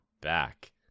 back